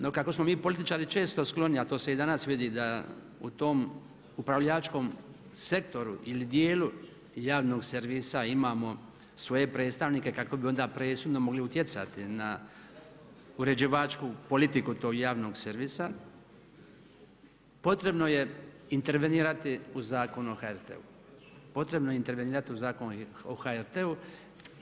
No, kako smo mi političari često skloni, a to se i danas vidi da u tom upravljačkom sektoru ili dijelu javnog servisa imamo svoje predstavnike kako bi onda presudno mogli utjecati na uređivačku politiku tog javnog servisa, potrebno je intervenirati u Zakon o HRT-u, potrebno je intervenirati u Zakon o HRT-u.